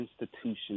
institutions